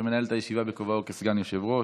ומנהל את הישיבה בכובעו כסגן יושב-ראש,